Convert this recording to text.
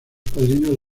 padrinos